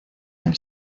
del